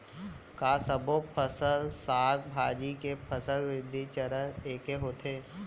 का सबो फसल, साग भाजी के फसल वृद्धि चरण ऐके होथे?